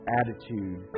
attitude